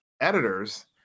editors